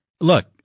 look